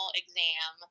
exam